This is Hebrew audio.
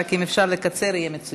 רק אם אפשר לקצר, יהיה מצוין.